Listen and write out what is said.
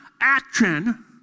action